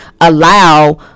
allow